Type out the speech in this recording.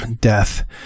death